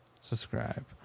subscribe